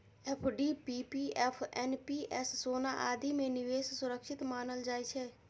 FD, PPF, NPS, सोना आदि मे निवेश सुरक्षित मानल जाइ छै